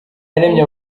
yaremye